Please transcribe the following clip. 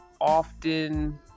often